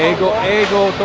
go? i've